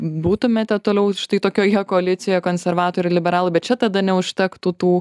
būtumėte toliau štai tokioje koalicijoje konservatorių liberalų bet čia tada neužtektų tų